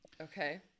Okay